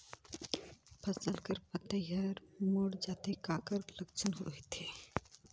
फसल कर पतइ हर मुड़ जाथे काकर लक्षण होथे?